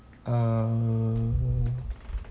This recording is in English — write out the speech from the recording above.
um